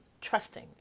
trusting